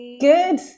Good